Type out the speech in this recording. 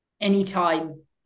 Anytime